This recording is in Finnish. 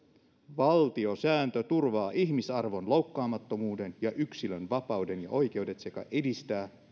valtiosääntö turvaa ihmisarvon loukkaamattomuuden ja yksilön vapauden ja oikeudet sekä edistää